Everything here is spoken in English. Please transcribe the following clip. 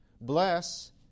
Bless